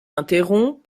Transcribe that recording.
interrompt